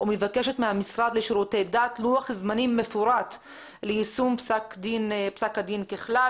ומבקשת מהמשרד לשירותי דת לוח זמנים מפורט ליישום פסק הדין ככלל.